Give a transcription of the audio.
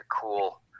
cool